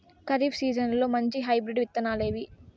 ఖరీఫ్ సీజన్లలో మంచి హైబ్రిడ్ విత్తనాలు ఏవి